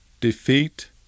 defeat